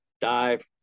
Dive